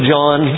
John